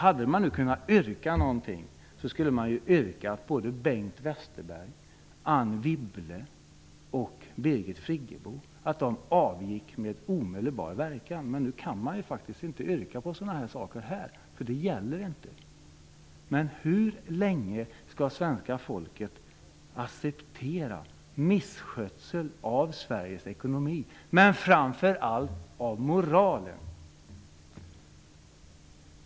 Om man skulle få yrka på någonting, så skulle man yrka att Bengt Westerberg, Anne Wibble och Birgit Friggebo avgick med omedelbar verkan. Men sådana yrkanden kan man inte komma med här. De gillas inte. Hur länge skall svenska folket acceptera misskötseln av Sveriges ekonomi och framför allt av moralen?